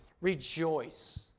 rejoice